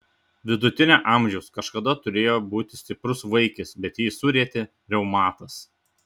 vidutinio amžiaus kažkada turėjo būti stiprus vaikis bet jį surietė reumatas